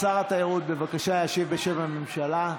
שר התיירות, בבקשה, ישיב בשם הממשלה.